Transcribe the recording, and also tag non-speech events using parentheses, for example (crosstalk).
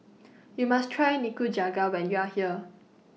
(noise) YOU must Try Nikujaga when YOU Are here